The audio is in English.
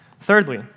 Thirdly